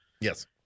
Yes